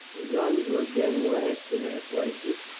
the guns were again lashed in their places,